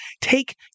take